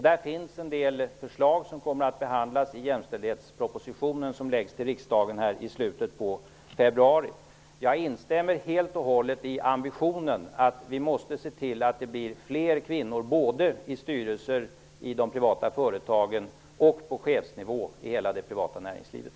Där finns en del förslag som kommer att behandlas i jämställdhetspropositionen som skall läggas fram för riksdagen i slutet av februari. Jag instämmer helt och hållet i ambitionen att vi måste se till att det blir fler kvinnor i styrelsen, i de privata företagen och på chefsnivå i hela det privata näringslivet.